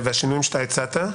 והשינויים שאתה הצעת?